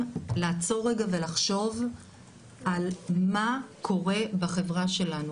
לעצור רגע ולחשוב על מה קורה בחברה שלנו,